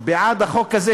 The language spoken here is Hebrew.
בעד החוק הזה,